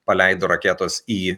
paleido raketos į